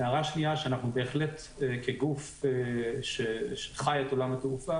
הערה שנייה, שאנחנו בהחלט כגוף שחי את עולם התעופה